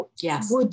Yes